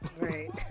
Right